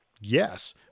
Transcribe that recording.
Yes